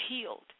healed